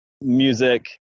music